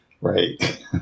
Right